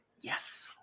Yes